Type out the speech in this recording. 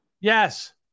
Yes